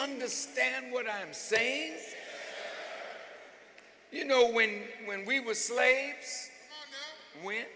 understand what i'm saying you know when when we were slaves when